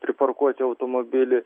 pritarkuoti automobilį